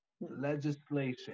legislation